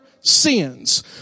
sins